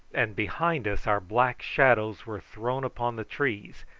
and behind us our black shadows were thrown upon the trees,